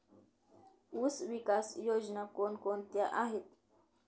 ऊसविकास योजना कोण कोणत्या आहेत?